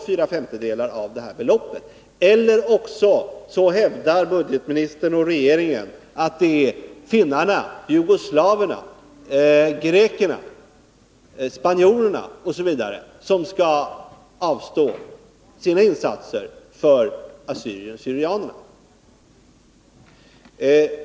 Fyra femtedelar av det beloppet måste räknas bort, eller också hävdar budgetministern och regeringen att det är finnarna, jugoslaverna, grekerna, spanjorerna m.fl. som skall avstå sina rättigheter till assyrierna och syrianerna.